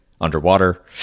underwater